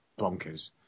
bonkers